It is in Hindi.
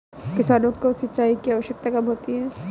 किसानों को सिंचाई की आवश्यकता कब होती है?